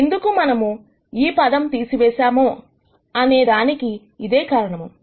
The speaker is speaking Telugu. ఎందుకు మనము ఈ పదము తీసివేసామో అనేదానికి అదే కారణము